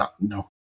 no